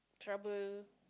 trouble